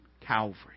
Calvary